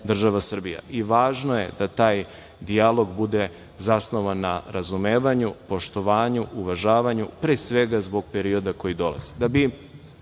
država Srbija. Važno je da taj dijalog bude zasnovan na razumevanju, poštovanju, uvažavanju, pre svega zbog period koji dolaze.